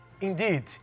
indeed